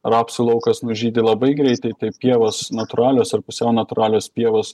rapsų laukas nužydi labai greitai tai pievos natūralios ar pusiau natūralios pievos